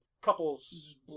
couples